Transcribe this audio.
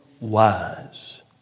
wise